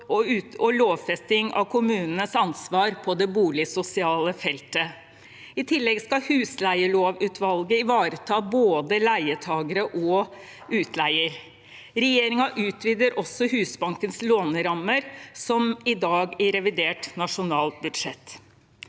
og lovfesting av kommunenes ansvar på det boligsosiale feltet. I tillegg skal husleielovutvalget ivareta både leietagere og utleiere. Regjeringen utvider også Husbankens lånerammer, som i dag, i revidert nasjonalbudsjett.